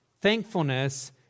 Thankfulness